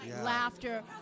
laughter